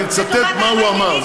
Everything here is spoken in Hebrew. אני מצטט מה הוא אמר.